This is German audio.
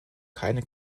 keine